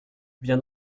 viens